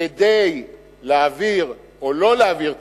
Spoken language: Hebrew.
כדי להעביר או לא להעביר תקציב,